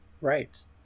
Right